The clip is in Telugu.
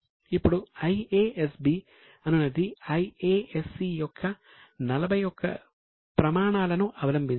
ఇప్పుడు IASB అనునది IASC యొక్క 41 ప్రమాణాలను అవలంబించింది